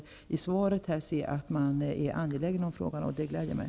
I svaret tycker jag mig märka att man är intresserad av frågan, och det gläder mig.